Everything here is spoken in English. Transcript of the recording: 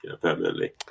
permanently